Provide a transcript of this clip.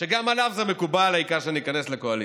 שגם עליו זה מקובל, העיקר שניכנס לקואליציה.